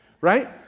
right